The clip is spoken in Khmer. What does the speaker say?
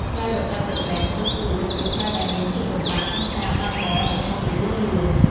ផ្លូវរដិបរដុប ឬគ្រួស ជាផ្លូវដែលមានភាពលំបាកក្នុងការបើកបរនៅក្នុងល្បឿនលឿន។